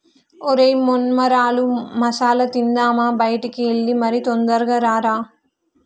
ఒరై మొన్మరాల మసాల తిందామా బయటికి ఎల్లి మరి తొందరగా రారా